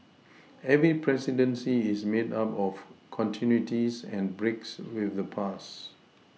every presidency is made up of continuities and breaks with the past